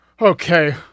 Okay